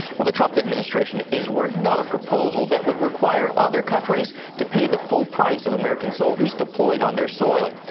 the trump administration is working on a proposal that would require other countries to pay the full price of american soldiers deployed on their soil.